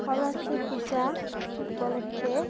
সৰস্বতী পূজা উপলক্ষে